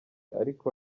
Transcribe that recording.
ariko